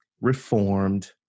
reformed